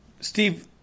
Steve